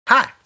Hi